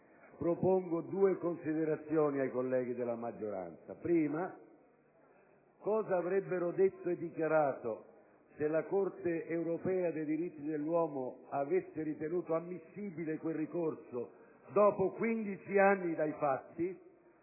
Propongo due considerazioni ai colleghi della minoranza. Primo. Cosa avrebbero detto e dichiarato se la Corte europea dei diritti dell'uomo avesse ritenuto ammissibile quel ricorso, dopo quindici anni dai fatti?